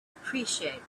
appreciate